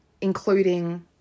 including